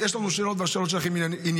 יש לכם שאלות, והשאלות שלכם ענייניות,